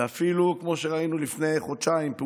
ואפילו פעוטות, כמו שראינו לפני חודשיים.